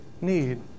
need